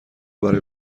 برای